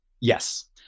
yes